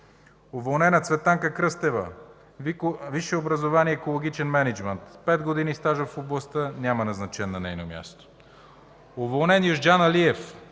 Уволнена: Цветанка Кръстева. Висше образование – екологичен мениджмънт с пет години стаж в областта, няма назначен на нейно място. Уволнен: Юзджан Алиев.